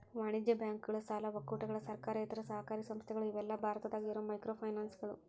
ವಾಣಿಜ್ಯ ಬ್ಯಾಂಕುಗಳ ಸಾಲ ಒಕ್ಕೂಟಗಳ ಸರ್ಕಾರೇತರ ಸಹಕಾರಿ ಸಂಸ್ಥೆಗಳ ಇವೆಲ್ಲಾ ಭಾರತದಾಗ ಇರೋ ಮೈಕ್ರೋಫೈನಾನ್ಸ್ಗಳು